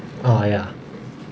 oh ya